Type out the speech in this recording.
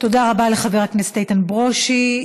תודה רבה לחבר הכנסת איתן ברושי.